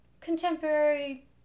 contemporary